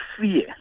fear